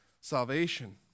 salvation